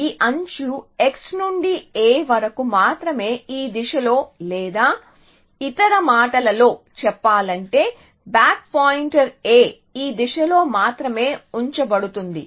ఈ అంచు x నుండి a వరకు మాత్రమే ఈ దిశలో లేదా ఇతర మాటలలో చెప్పాలంటే బ్యాక్ పాయింటర్ a ఈ దిశలో మాత్రమే ఉంచబడు తుంది